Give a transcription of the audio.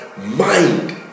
mind